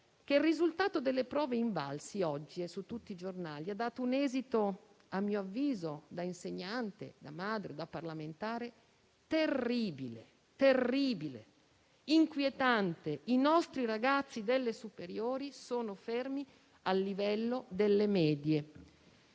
che il risultato delle prove Invalsi - oggi è su tutti i giornali - ha dato un esito, a mio avviso, da insegnante, da madre, da parlamentare, terribile, inquietante. I nostri ragazzi delle superiori sono fermi al livello delle medie.